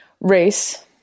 Race